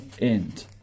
end